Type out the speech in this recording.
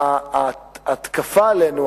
ההתקפה עלינו,